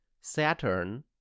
Saturn